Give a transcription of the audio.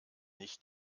nicht